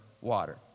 water